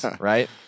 right